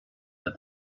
that